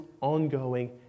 ongoing